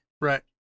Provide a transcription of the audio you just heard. Right